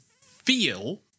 feel